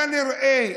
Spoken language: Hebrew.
כנראה,